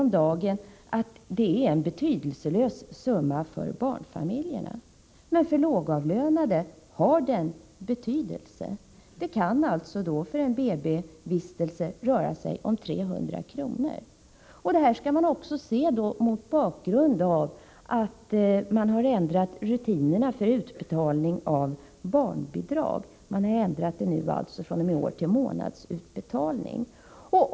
om dagen är en betydelselös summa för barnfamiljerna, men för lågavlönade har den betydelse. Det kan ju för en BB-vistelse röra sig om 300 kr. Detta skall man också se mot bakgrund av att rutinerna för utbetalning av barnbidrag har ändrats från kvartalstill månadsutbetalning.